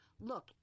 look